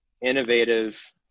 innovative